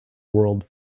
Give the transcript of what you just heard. world